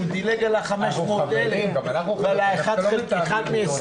הוא דילג על ה-500,000, על האחד מ-25.